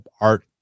art